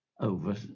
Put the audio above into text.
over